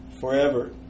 forever